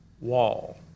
wall